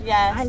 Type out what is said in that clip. Yes